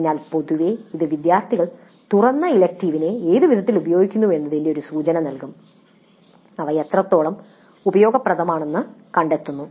അതിനാൽ പൊതുവേ ഇത് വിദ്യാർത്ഥികൾ തുറന്ന ഇലക്ടീവിനെ ഏതുവിധത്തിൽ ഉപയോഗിക്കുന്നുവെന്നതിന്റെ ഒരു സൂചന നൽകും അവ എത്രത്തോളം ഉപയോഗപ്രദമാണെന്ന് അവർ കണ്ടെത്തുന്നു